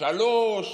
שלוש,